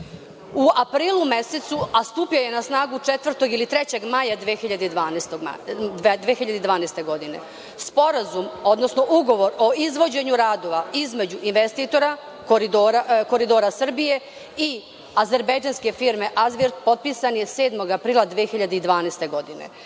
U aprilu mesecu, a stupio je na snagu 4. ili 3. maja 2012. godine, sporazum, odnosno ugovor o izvođenju radova između investitora Koridora Srbije i azerbejdžanske firme „Azbrit“ potpisan je 7. aprila 2012. godine. Ovim